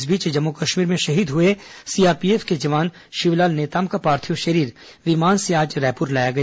इस बीच जम्मू कश्मीर में शहीद हुए सीआरपीएफ जवान शिवलाल नेताम का पार्थिव शरीर विमान से आज रायपुर लाया गया